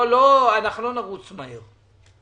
אנחנו לא נרוץ מהר.